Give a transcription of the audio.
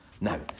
No